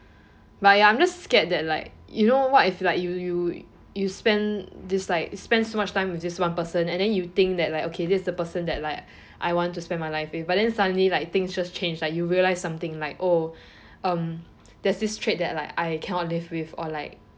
but ya I am just scared that like you know what if you like you you spend this like spend so much time with this one person and then you think that like okay this is the person that like I want to spend my life with but then suddenly like things just change like you realised something like oh um there's this traits that I cannot live with or like